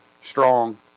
strong